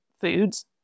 foods